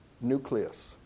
nucleus